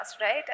right